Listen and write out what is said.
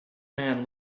man